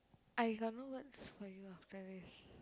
I got no words for you after this